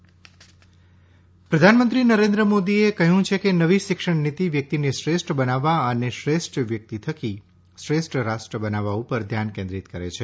પ્રધાનમંત્રી યુવા પ્રધાનમંત્રી નરેન્દ્ર મોદીએ કહ્યું છે કે નવી શિક્ષણ નીતિ વ્યક્તિને શ્રેષ્ઠ બનાવવા અને શ્રેષ્ઠ વ્યક્તિ થકી શ્રેષ્ઠ રાષ્ટ્ર બનાવવા ઉપર ધ્યાન કેન્દ્રિત કરે છે